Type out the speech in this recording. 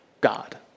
God